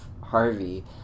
Harvey